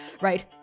right